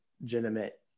legitimate